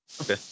Okay